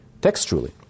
textually